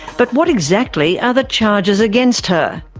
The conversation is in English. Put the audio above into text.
but what exactly are the charges against her?